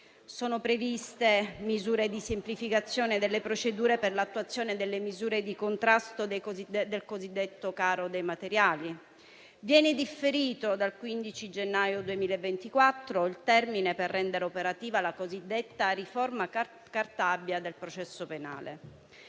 Sono previste misure di semplificazione delle procedure per l'attuazione delle misure di contrasto del cosiddetto rincaro dei materiali. Viene differito dal 15 gennaio 2024 il termine per rendere operativa la cosiddetta riforma Cartabia del processo penale.